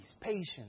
patience